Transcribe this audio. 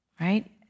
right